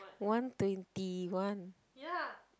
one twenty one